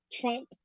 Trump